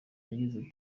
yagize